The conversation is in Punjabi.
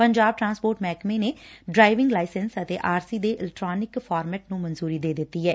ਪੰਜਾਬ ਟਰਾਂਸਪੋਰਟ ਮਹਿਕਮੇ ਨੇ ਡਰਾਈਵਿੰਗ ਲਾਇਸੈਂਸ ਅਤੇ ਆਰ ਸੀ ਦੇ ਇਲੈਕਟ੍ਾਨਿਕ ਫਾਰਮੇਂਟ ਨੂੰ ਮਨਜੂਰੀ ਦੇ ਦਿੱਤੀ ਐ